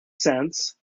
sense